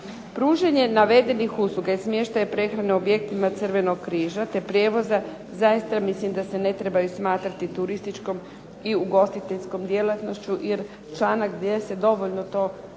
Pružanje navedenih usluga i smještaja prehrane objektima Crvenog križa te prijevoza zaista mislim da se ne trebaju smatrati turističkom i ugostiteljskom djelatnošću jer članak 10. dovoljno to razrađuje